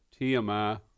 TMI